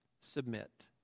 submit